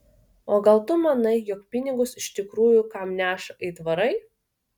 o gal tu manai jog pinigus iš tikrųjų kam neša aitvarai